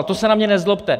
To se na mě nezlobte.